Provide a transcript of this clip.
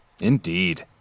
Indeed